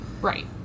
Right